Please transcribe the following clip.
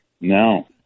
No